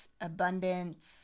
abundance